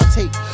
take